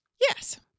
Yes